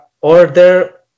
order